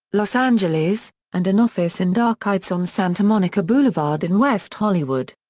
los angeles, and an office and archives on santa monica boulevard in west hollywood.